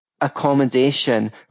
accommodation